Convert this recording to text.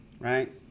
right